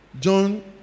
John